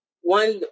one